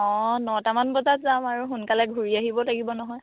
অঁ নটামান বজাত যাম আৰু সোনকালে ঘূৰি আহিব লাগিব নহয়